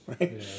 right